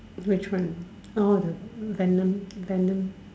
which one oh the Venom Venom